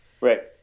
Right